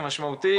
זה מאוד משמעותי.